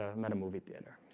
ah i'm at a movie theater